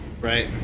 Right